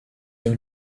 own